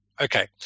Okay